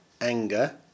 anger